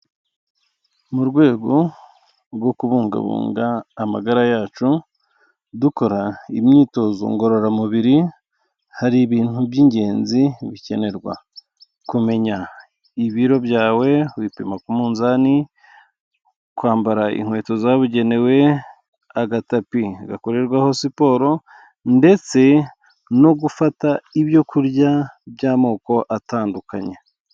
Mu rwego rwo kubungabunga amagara yacu dukora imyitozo ngororamubiri, hari ibintu by'ingenzi bikenerwa, kumenya ibiro byawe wipima ku munzani, kwambara inkweto zabugenewe, agatapi gakorerwaho siporo ndetse no gufata ibyo kurya by'amoko atandukanye.